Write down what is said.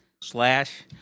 slash